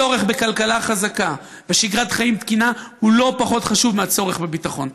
הצורך בכלכלה חזקה ושגרת חיים תקינה הוא לא פחות חשוב מהצורך בביטחון.